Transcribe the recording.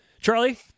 Charlie